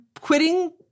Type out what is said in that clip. quitting